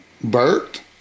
Bert